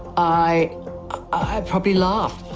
i i probably laughed.